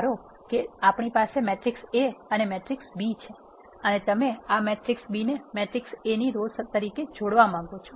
ચાલો ધારો કે આપણી પાસે મેટ્રિક્સ A અને મેટ્રિક્સ બી છે અને તમે આ મેટ્રિક્સ B ને મેટ્રિક્સ A ની રો તરીકે જોડવા માંગો છો